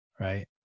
right